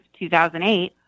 2008